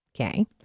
Okay